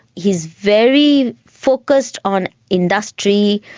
he is very focused on industry,